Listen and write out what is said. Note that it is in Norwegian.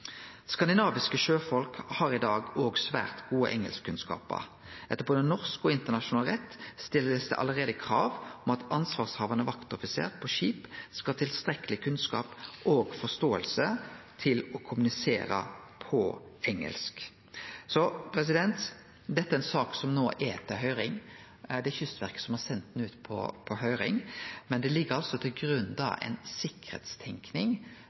Skandinaviske sjøfolk har i dag svært gode engelskkunnskapar. Etter både norsk og internasjonal rett stiller ein allereie krav om at ansvarshavande vaktoffiser på skip skal ha tilstrekkeleg kunnskap og forståing til å kommunisere på engelsk. Dette er ei sak som no er til høyring, og det er Kystverket som har sendt det ut. Til grunn for det forslaget som Kystverket har sendt ut på høyring,